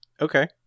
Okay